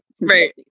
Right